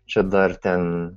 čia dar ten